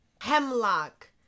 Hemlock